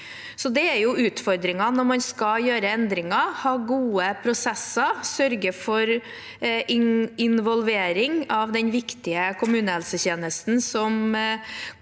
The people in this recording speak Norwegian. Det er utfordringen når man skal gjøre endringer. Man må ha gode prosesser og sørge for involvering av den viktige kommunehelsetjenesten,